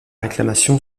réclamation